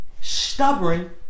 Stubborn